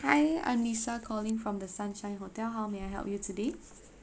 hi I'm lisa calling from the sunshine hotel how may I help you today